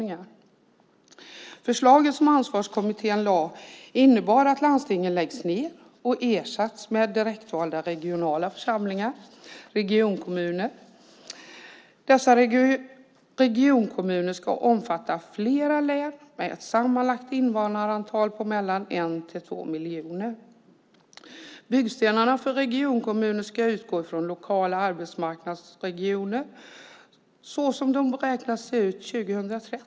Det förslag som Ansvarskommittén lade fram innebär att landstingen läggs ned och ersätts med direktvalda regionala församlingar, regionkommuner. Dessa regionkommuner ska omfatta flera län med ett sammanlagt invånarantal på mellan en och två miljoner. Byggstenarna för regionkommunerna ska vara lokala arbetsmarknadsregioner såsom de beräknas se ut 2030.